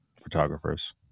photographers